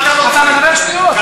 אתה מדבר שטויות.